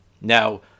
Now